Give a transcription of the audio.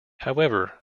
however